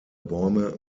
bäume